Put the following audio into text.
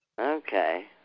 Okay